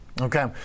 Okay